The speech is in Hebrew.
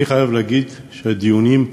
אני חייב להגיד שהדיונים,